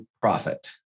profit